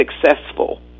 successful